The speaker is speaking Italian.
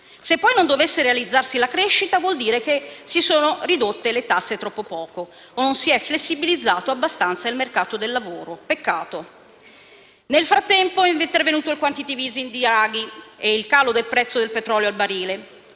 Se poi non dovesse realizzarsi la crescita, vuol dire che si sono ridotte le tasse troppo poco o che non si è flessibilizzato abbastanza il mercato del lavoro. Peccato. Nel frattempo sono intervenuti il *quantitative easing* di Draghi e il calo del prezzo del petrolio al barile.